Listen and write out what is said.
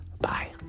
Bye